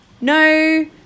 no